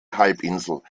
halbinsel